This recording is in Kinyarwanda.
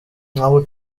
ntabwo